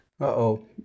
Uh-oh